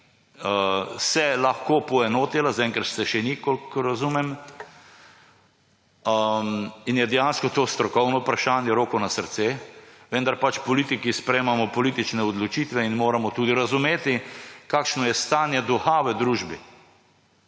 lahko poenotila, zaenkrat se še ni, kolikor razumem, in je dejansko to strokovno vprašanje, roko na srce, vendar politiki sprejemamo politične odločitve in moramo tudi razumeti, kakšno je stanje duha v družbi.